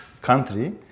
Country